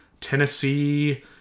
Tennessee